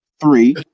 three